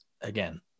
again